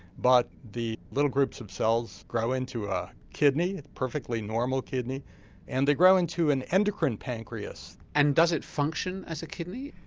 but the little groups of cells grow into a kidney, a perfectly normal kidney and the grow into an endocrine pancreas. and does it function as a kidney?